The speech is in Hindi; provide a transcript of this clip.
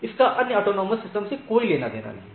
इसका अन्य ऑटॉनमस सिस्टम से कोई लेना देना नहीं है